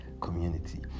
community